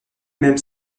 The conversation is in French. même